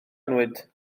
annwyd